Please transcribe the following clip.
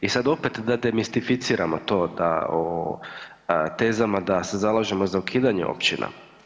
I sad opet da demistificiramo to da o tezama da se zalažemo za ukidanje općina.